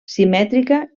simètrica